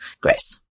grace